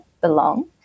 belong